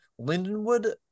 Lindenwood